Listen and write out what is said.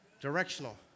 Directional